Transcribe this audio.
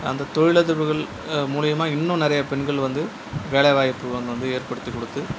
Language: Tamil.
அந்த தொழிலதிபர்கள் மூலயமா இன்னும் நிறைய பெண்கள் வந்து வேலைவாய்ப்பு அவங்க வந்து ஏற்படுத்தி கொடுத்து